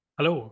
Hello